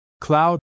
cloud